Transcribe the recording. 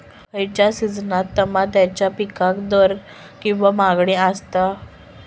खयच्या सिजनात तमात्याच्या पीकाक दर किंवा मागणी आसता?